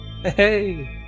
Hey